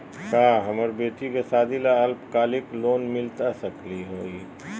का हमरा बेटी के सादी ला अल्पकालिक लोन मिलता सकली हई?